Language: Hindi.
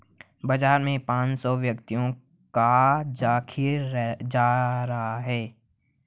बाजार में पांच सौ व्यक्तियों का जखीरा जा रहा है